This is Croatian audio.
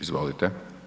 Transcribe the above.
Izvolite.